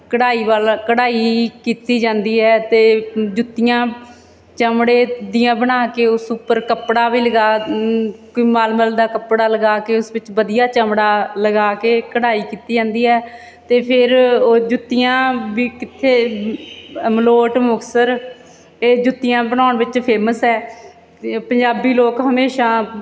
ਕਢਾਈ ਵਾਲਾ ਕਢਾਈ ਕੀਤੀ ਜਾਂਦੀ ਹੈ ਅਤੇ ਜੁੱਤੀਆਂ ਚਮੜੇ ਦੀਆਂ ਬਣਾ ਕੇ ਉਸ ਉੱਪਰ ਕੱਪੜਾ ਵੀ ਲਗਾ ਕੋਈ ਮਲਮਲ ਦਾ ਕੱਪੜਾ ਲਗਾ ਕੇ ਉਸ ਵਿੱਚ ਵਧੀਆ ਚਮੜਾ ਲਗਾ ਕੇ ਕਢਾਈ ਕੀਤੀ ਜਾਂਦੀ ਹੈ ਅਤੇ ਫਿਰ ਉਹ ਜੁੱਤੀਆਂ ਵੀ ਕਿੱਥੇ ਅ ਮਲੋਟ ਮੁਕਤਸਰ ਇਹ ਜੁੱਤੀਆਂ ਬਣਾਉਣ ਵਿੱਚ ਫੇਮਸ ਹੈ ਪੰ ਪੰਜਾਬੀ ਲੋਕ ਹਮੇਸ਼ਾ